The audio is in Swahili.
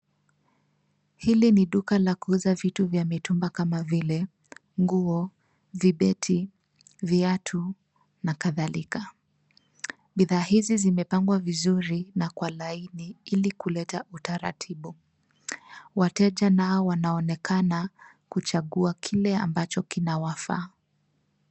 Hili ni duka la kuuza vitu vya mitumba kama vile nguo, vibeti, viatu na kadhalika. Bidhaa hizi zimepangwa vizuri na kwa laini ili kuleta utaratibu. Wateja nao wanaonekana kuchagua kile ambacho kinawafaa.